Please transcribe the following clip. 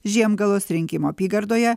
žiemgalos rinkimų apygardoje